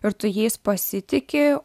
ir tu jais pasitiki